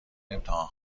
امتحان